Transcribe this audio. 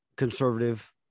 conservative